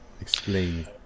Explain